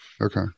okay